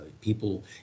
People